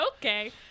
Okay